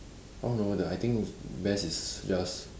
oh no the I think best is just